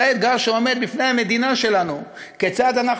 זה האתגר שעומד בפני המדינה שלנו: כיצד אנחנו